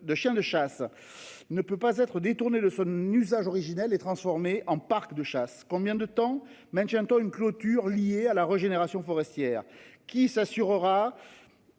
de chasse ne peut pas être détourné de son usage originel et transformé en parc de chasse. Combien de temps mais j'entends une clôture liée à la régénération forestière qui s'assurera.